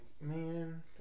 man